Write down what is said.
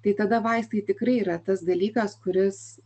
tai tada vaistai tikrai yra tas dalykas kuris